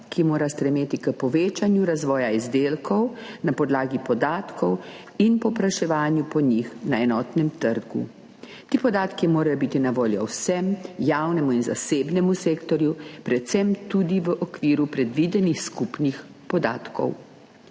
ki mora stremeti k povečanju razvoja izdelkov na podlagi podatkov in povpraševanja po njih na enotnem trgu. Ti podatki morajo biti na voljo vsem, javnemu in zasebnemu sektorju, predvsem tudi v okviru predvidenih skupnih podatkov.